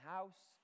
House